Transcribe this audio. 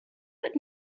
but